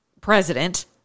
president